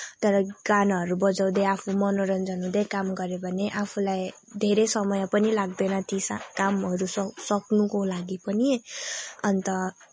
तर गानाहरू बजाउँदै आफू मनोरञ्जन हुँदै काम गर्यो भने आफूलाई धेरै समय पनि लाग्दैन ति सब कामहरू सक्नको लागि पनि अन्त